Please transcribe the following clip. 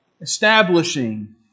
establishing